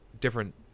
different